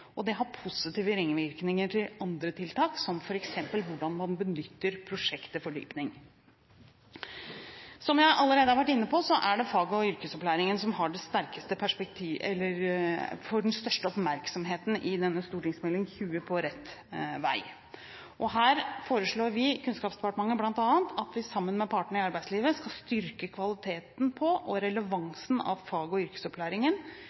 og det har positive ringvirkninger til andre tiltak, som f.eks. hvordan man benytter prosjekt til fordypning. Som jeg allerede har vært inne på, er det fag- og yrkesopplæringen som får størst oppmerksomhet i denne stortingsmeldingen – Meld. St. 20 for 2012–2013, På rett vei. Her foreslår Kunnskapsdepartementet at vi sammen med partene i arbeidslivet bl.a. skal styrke kvaliteten på og relevansen av fag- og yrkesopplæringen